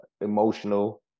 emotional